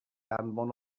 anfon